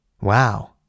Wow